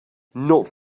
not